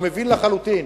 הוא מבין לחלוטין